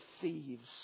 thieves